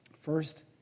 First